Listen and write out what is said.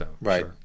Right